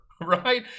Right